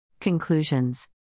Conclusions